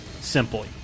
simply